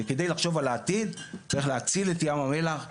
וכדי לחשוב על העתיד צריך להציל את ים המלח,